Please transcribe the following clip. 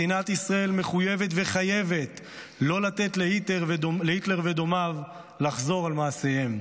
מדינת ישראל מחויבת וחייבת לא לתת להיטלר ודומיו לחזור על מעשיהם.